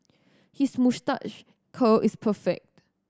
his moustache curl is perfect